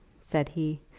said he.